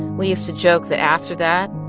we used to joke that after that,